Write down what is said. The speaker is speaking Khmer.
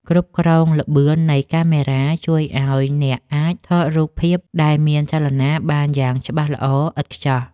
គ្រប់គ្រងល្បឿននៃកាមេរ៉ាជួយឱ្យអ្នកអាចថតរូបភាពដែលមានចលនាបានយ៉ាងច្បាស់ល្អឥតខ្ចោះ។